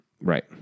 Right